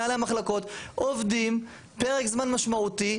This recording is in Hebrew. מנהלי המחלקות עובדים פרק זמן משמעותי.